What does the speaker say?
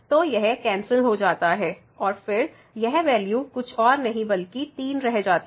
तो यह कैंसिल हो जाता है और फिर यह वैल्यू कुछ और नहीं बल्कि 3 रह जाता है